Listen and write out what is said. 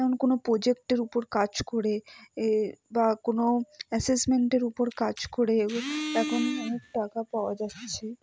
এমন কোন পোজেক্টের উপর কাজ করে এ বা কোন অ্যাসেসমেন্টের উপর কাজ করে এখন অনেক টাকা পাওয়া যাচ্ছে